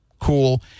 cool